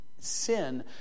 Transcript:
sin